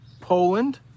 Poland